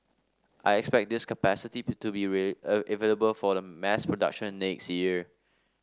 I expect this capacity to be available for the mass production next year